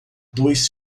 dois